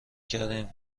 کردیم